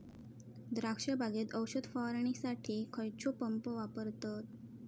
द्राक्ष बागेत औषध फवारणीसाठी खैयचो पंप वापरतत?